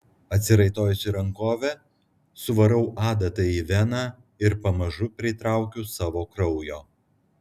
atsiraitojusi rankovę suvarau adatą į veną ir pamažu pritraukiu savo kraujo